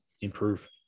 improve